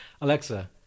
Alexa